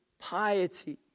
piety